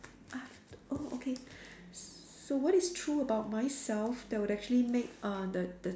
aft~ oh okay so what is true about myself that will actually make uh the the